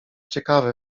ciekawe